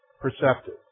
perceptive